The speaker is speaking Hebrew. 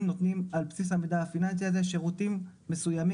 נותנים על בסיסו של המידע הפיננסי הזה שירותים מסוימים,